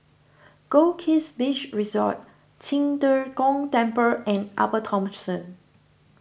Goldkist Beach Resort Qing De Gong Temple and Upper Thomson